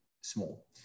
small